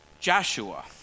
Joshua